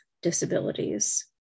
disabilities